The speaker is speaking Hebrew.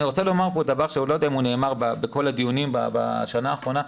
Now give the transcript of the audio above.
אני רוצה כאן דבר שאני לא יודע אם הוא נאמר בדיונים בשנה האחרונה.